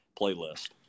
playlist